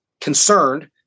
concerned